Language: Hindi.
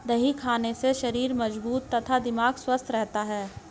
दही खाने से शरीर मजबूत तथा दिमाग स्वस्थ रहता है